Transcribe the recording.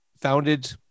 founded